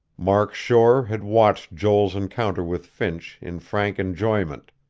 mark shore had watched joel's encounter with finch in frank enjoyment.